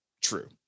true